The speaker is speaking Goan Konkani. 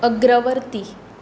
अग्रवर्ती